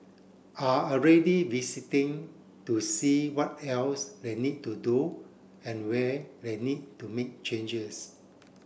are already visiting to see what else they need to do and where they need to make changes